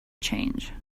change